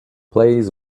plays